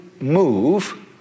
move